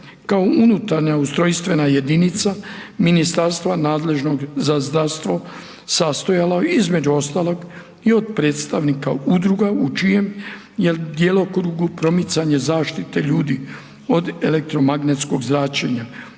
kao unutarnja ustrojstvena jedinica ministarstva nadležnog za zdravstvo sastojalo između ostalog i od predstavnika udruga u čijem je djelokrugu promicanje zaštite ljudi od elektromagnetskog zračenja.